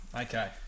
okay